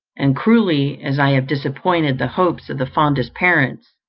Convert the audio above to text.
and cruelly as i have disappointed the hopes of the fondest parents,